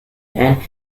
end